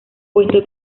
puesto